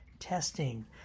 Testing